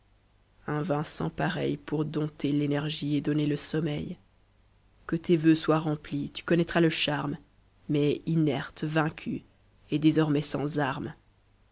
un vin sans pareil pour dompter i'énergie et donner le sommeil que tes vœux soient remplis tu connaîtras le charme mais inerte vaincue et désormais sans arme